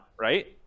right